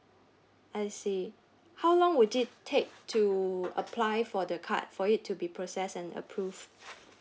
I see how long will it take to apply for the card for it to be processed and approved